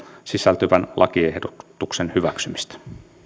sisältyvän lakiehdotuksen hyväksymistä